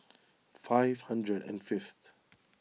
five hundred and fifth